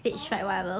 orh